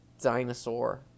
dinosaur